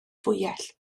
fwyell